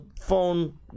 phone